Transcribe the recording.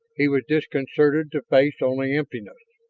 he was disconcerted to face only emptiness.